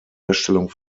herstellung